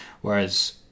Whereas